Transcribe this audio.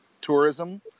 tourism